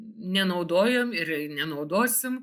nenaudojom ir nenaudosim